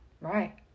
Right